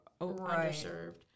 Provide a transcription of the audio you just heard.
underserved